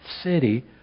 city